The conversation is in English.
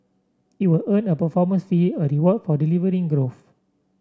it will earn a performance fee a reward for delivering growth